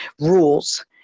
rules